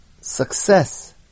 success